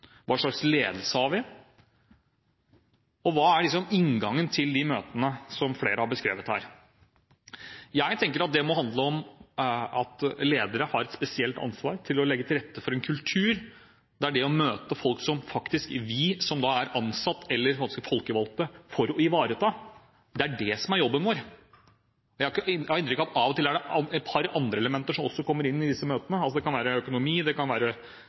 har, og hva inngangen til de møtene som flere har beskrevet her, er. Jeg tenker at det må handle om at ledere har et spesielt ansvar for å legge til rette for en kultur for å møte folk. Vi er faktisk folkevalgt for å ivareta det – det er det som er jobben vår. Jeg har inntrykk av at det av og til er et par andre elementer som også kommer inn i disse møtene – det kan være økonomi, det kan være